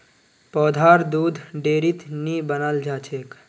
पौधार दुध डेयरीत नी बनाल जाछेक